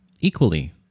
equally